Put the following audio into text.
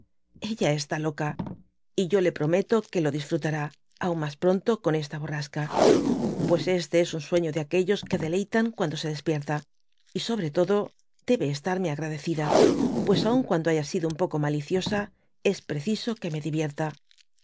ella está loca i y yo le prometo que lo disfrutará aun mas pronto con esta borrasca pues este es un sueño de aquellos que deleitan cuando se despierta y sobre todo debe estarme agradecida pues aun cuando baya sido un poco maliciosa es preciso que me divierta